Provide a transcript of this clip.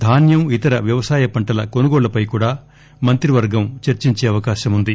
ధాన్యం ఇతర వ్యవసాయ పంటల కొనుగోళ్లపై కూడా మంత్రివర్గం చర్సించే అవకాశం ఉంది